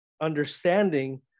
understanding